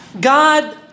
God